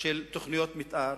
של תוכניות מיתאר